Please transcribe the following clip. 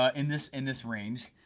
ah in this in this range,